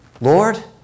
Lord